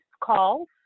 calls